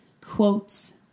quotes